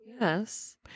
Yes